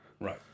Right